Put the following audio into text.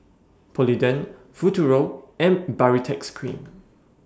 Polident Futuro and Baritex Cream